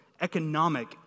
economic